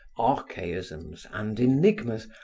archaisms and enigmas,